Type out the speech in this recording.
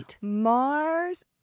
Mars